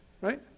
right